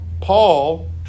Paul